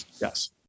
Yes